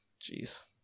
jeez